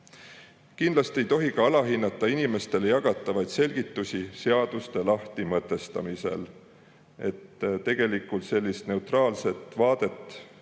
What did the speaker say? Kindlasti ei tohi alahinnata inimestele jagatavaid selgitusi seaduste lahtimõtestamisel. Sellist neutraalset vaadet